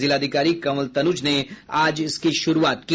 जिलाधिकारी कंवल तनुज ने आज इसकी शुरूआत की